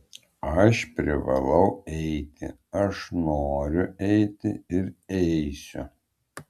aš privalau eiti aš noriu eiti ir eisiu